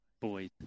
boys